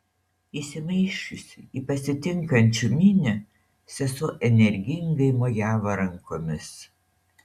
įsimaišiusi į pasitinkančių minią sesuo energingai mojavo rankomis